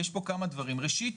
יש פה כמה דברים, ראשית,